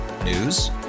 News